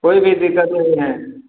कोई भी दिक्कत नही है